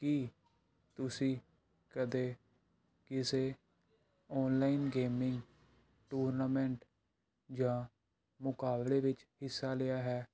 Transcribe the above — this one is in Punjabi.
ਕਿ ਤੁਸੀਂ ਕਦੇ ਕਿਸੇ ਔਨਲਾਈਨ ਗੇਮਿੰਗ ਟੂਰਨਾਮੈਂਟ ਜਾਂ ਮੁਕਾਬਲੇ ਵਿੱਚ ਹਿੱਸਾ ਲਿਆ ਹੈ